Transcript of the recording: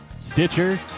Stitcher